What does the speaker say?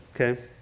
okay